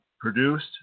Produced